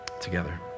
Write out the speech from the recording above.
together